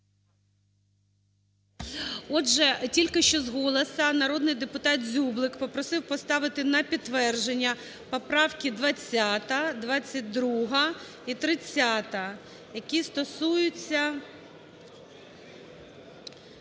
Отже, тільки що з голосу народний депутат Дзюблик попросив поставити на підтвердження поправки 20-а, 22-а і 30-а, які стосуються…